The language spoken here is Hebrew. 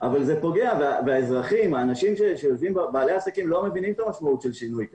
אבל זה פוגע באזרחים ובעלי העסקים לא מבינים את המשמעות של שינוי כזה.